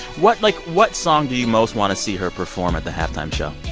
what like, what song do you most want to see her perform at the halftime show?